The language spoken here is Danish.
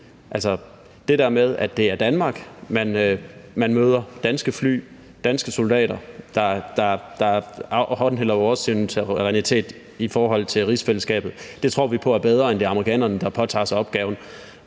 at det med, at det er Danmark, man møder, danske fly, danske soldater, der håndhæver vores suverænitet i forhold til rigsfællesskabet, tror vi på er bedre, end at det er amerikanerne, der påtager sig opgaven.